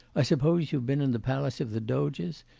i suppose you've been in the palace of the doges?